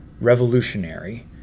revolutionary